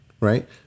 Right